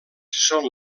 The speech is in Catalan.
són